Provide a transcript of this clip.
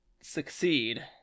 succeed